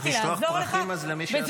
אז אני צריך לשלוח פרחים למי שעשה.